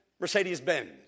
mercedes-benz